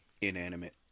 Inanimate